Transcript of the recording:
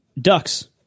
ducks